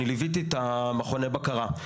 אני ליוויתי את מכוני הבקרה.